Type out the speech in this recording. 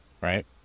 Right